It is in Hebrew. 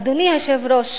אדוני היושב-ראש,